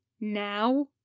now